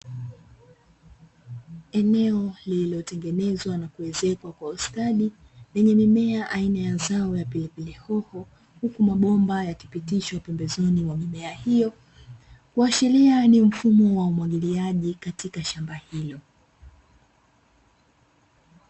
Eneo lililotengenezwa na kuwezeshwa kwa ustadi lenye mimea aina ya zao la pilipili hoho na huku mabomba yamepitishwa pembezoni mwa mimea hiyo, kuashiria ni mfumo wa umwagiliaji katika shamba hilo.